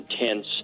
intense